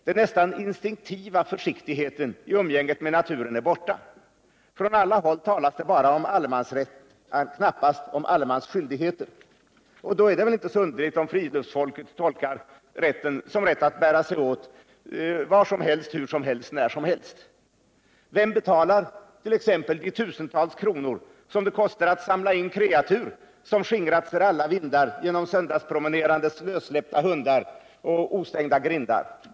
Den nästan instinktiva försiktigheten i umgänget med naturen är borta. Från alla håll talas det bara om alle mans rätt, knappast ett ord om alle mans skyldigheter. Då är det inte underligt om fritidsfolket tolkar rätten som en rätt att bära sig åt hur som helst, var som helst och när som helst. Vem betalar de tusentals kronor det kostar att samla in kreatur, som har skingrats för alla 177 Nr 48 vindar genom söndagspromenerandes lössläppta hundar och ostängda Onsdagen den grindar?